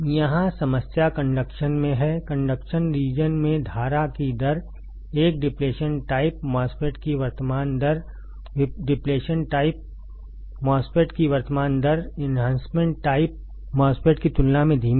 यहां समस्या conduction region में है कंडक्शन रीजन में धारा की दर एक डिप्लेशन टाइप MOSFET की वर्तमान दर डिप्लेशन टाइप MOSFET की वर्तमान दर एन्हांसमेंट टाइप MOSFET की तुलना में धीमी है